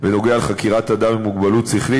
בנוגע לחקירת אדם עם מוגבלות שכלית,